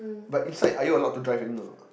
but inside are you allowed to drive in or not